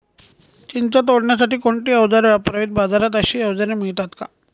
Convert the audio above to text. चिंच तोडण्यासाठी कोणती औजारे वापरावीत? बाजारात अशी औजारे मिळतात का?